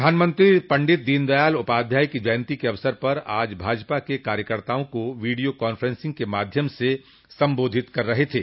प्रधानमंत्री पंडित दीनदयाल उपाध्याय की जयंती के अवसर पर आज भाजपा के कार्यकर्ताओ को वीडियो कांफ्रेंसिंग के माध्यम से संबोधित कर रहे थे